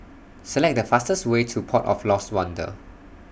Select The fastest Way to Port of Lost Wonder